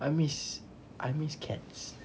I miss I miss cats